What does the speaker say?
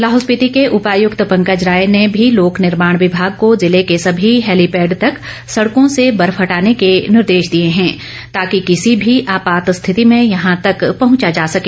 लाहौल स्पीति के उपायुक्त पंकज राय ने भी लोक निर्माण विभाग को जिले के सभी हेलीपेड तक सड़कों से बर्फ हटाने के निर्देश दिए हैं ताकि किसी भी आपात स्थिति में यहां तक पहुंचा जा सके